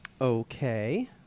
Okay